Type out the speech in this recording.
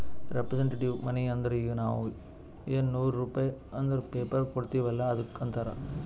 representative money ಅಂದುರ್ ಈಗ ನಾವ್ ಎನ್ ನೂರ್ ರುಪೇ ಅಂದುರ್ ಪೇಪರ್ ಕೊಡ್ತಿವ್ ಅಲ್ಲ ಅದ್ದುಕ್ ಅಂತಾರ್